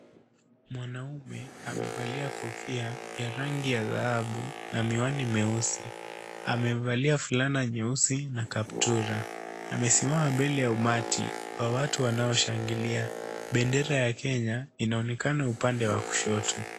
Mwanaume amevalia kofia ya rangi ya dhahabu na miwani meusi, amevalia fulana nyeusi na kaptula, amesimama mbele ya umati wa watu wanaoshangilia, bendera ya Kenya inaonekana upande wa kushoto.